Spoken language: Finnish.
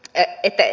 ne että